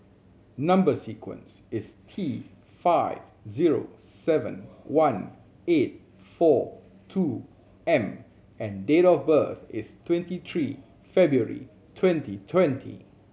number sequence is T five zero seven one eight four two M and date of birth is twenty three February twenty twenty